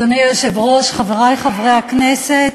אדוני היושב-ראש, חברי חברי הכנסת,